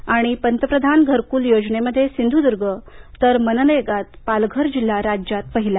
आणि पंतप्रधान घरकुल योजनेमध्ये सिंधुद्ग तर मनरेगात पालघर जिल्हा राज्यात पहिला